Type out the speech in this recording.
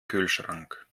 kühlschrank